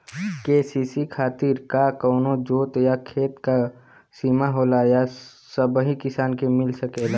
KCC खातिर का कवनो जोत या खेत क सिमा होला या सबही किसान के मिल सकेला?